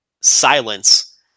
silence